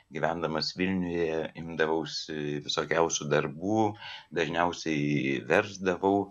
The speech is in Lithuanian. gyvendamas vilniuje imdavausi visokiausių darbų dažniausiai versdavau